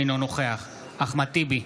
אינו נוכח אחמד טיבי,